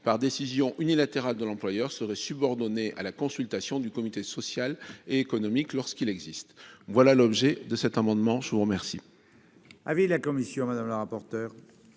par décision unilatérale de l'employeur serait subordonnée à la consultation du comité social et économique, lorsqu'il existe. Quel est l'avis de la commission ? Je remercie